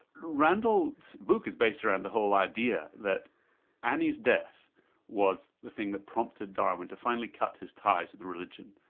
randal's book is based around the whole idea that annie's death was the thing that prompted darwin to finally cut his ties with religion,